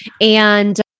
And-